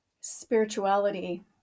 spirituality